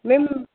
ma'am